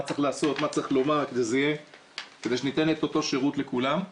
מה צריך לעשות ומה צריך לומר כדי שניתן את אותו שירות לכולם.